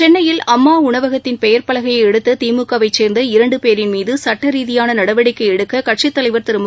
சென்னையில் அம்மாஉணவகத்தின் பெயர் பலகையைஎடுத்ததிமுக வை சேர்ந்த இரண்டுபேரின் மீதுசட்டரீதியானநடவடிக்கைஎடுக்ககட்சித்தலைவர் திருமு